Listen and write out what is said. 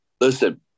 listen